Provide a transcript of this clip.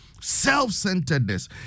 self-centeredness